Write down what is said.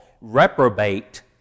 reprobate